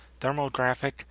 thermographic